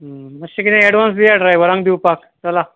मातशें कितें एडवान्स दिया ड्रायवरांक दिवपाक चला